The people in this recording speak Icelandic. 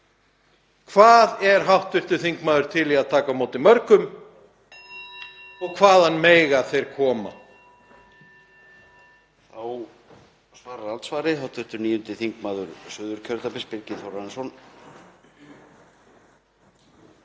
Hvað er hv. þingmaður til í að taka á móti mörgum og hvaðan mega þeir koma?